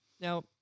Now